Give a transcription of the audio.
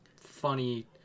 funny